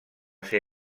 ser